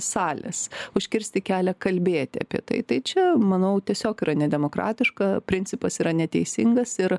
salės užkirsti kelią kalbėti apie tai tai čia manau tiesiog yra nedemokratiška principas yra neteisingas ir